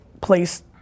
place